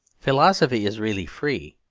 philosophy is really free.